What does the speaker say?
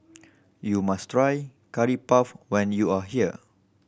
you must try Curry Puff when you are here